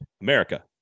America